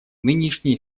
нынешней